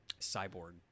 cyborg